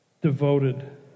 devoted